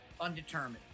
undetermined